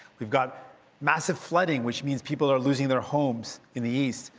we've got massive flooding, which means people are losing their homes in the east.